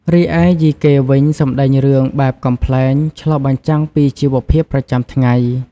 រីឯ យីកេ វិញ សម្ដែងរឿងបែបកំប្លែង ឆ្លុះបញ្ចាំងពីជីវភាពប្រចាំថ្ងៃ។